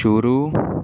ਸ਼ੁਰੂ